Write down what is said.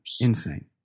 Insane